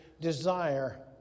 desire